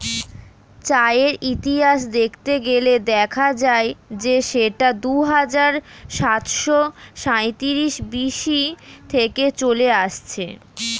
চায়ের ইতিহাস দেখতে গেলে দেখা যায় যে সেটা দুহাজার সাতশো সাঁইত্রিশ বি.সি থেকে চলে আসছে